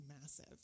massive